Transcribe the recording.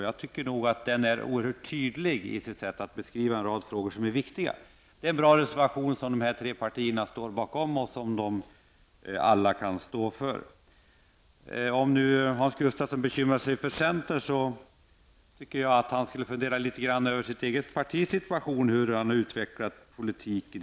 Jag tycker att reservationen är oerhört tydlig i sitt sätt att beskriva en rad frågor som är viktiga. Det är en bra reservation som dessa tre partier står bakom och som alla kan stå för. I stället för att Hans Gustafsson skall bekymra sig för centern tycker jag att han skall fundera över sitt eget partis situation och hur partiet utvecklar politiken.